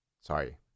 Sorry